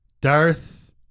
Darth